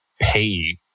pay